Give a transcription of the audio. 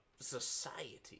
Society